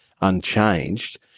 unchanged